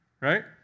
Right